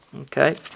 Okay